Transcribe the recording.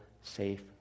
safe